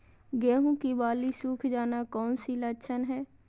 गेंहू की बाली सुख जाना कौन सी लक्षण है?